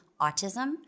autism